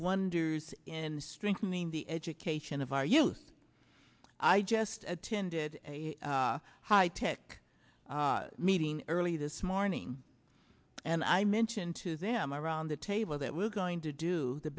wonders in strengthening the education of our youth i just attended a high tech meeting early this morning and i mention to them around the table that we're going to do the